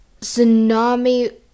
tsunami